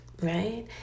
Right